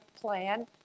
plan